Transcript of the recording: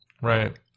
Right